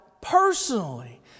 personally